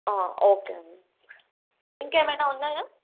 okay అండి ఇంకేమనా ఉన్నాయా